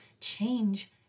change